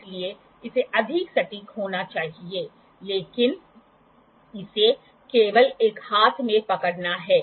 इसलिए इसे अधिक सटीक होना चाहिए लेकिन इसे केवल एक हाथ में पकड़ना है